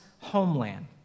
homeland